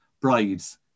brides